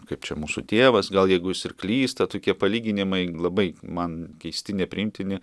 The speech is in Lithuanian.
kaip čia mūsų tėvas gal jeigu jis ir klysta tokie palyginimai labai man keisti nepriimtini